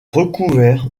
recouvert